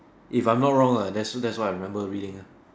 if I'm not wrong lah that's that's what I remember reading ah